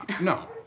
No